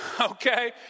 okay